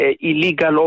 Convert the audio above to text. illegal